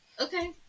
okay